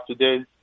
today